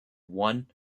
one